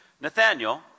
Nathaniel